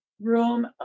room